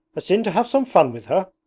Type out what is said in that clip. a sin to have some fun with her?